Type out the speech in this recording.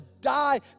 die